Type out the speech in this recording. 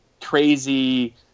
crazy